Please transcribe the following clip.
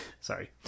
Sorry